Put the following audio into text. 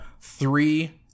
three